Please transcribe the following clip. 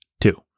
two